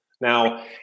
Now